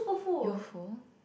you're full